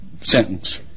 sentence